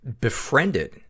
befriended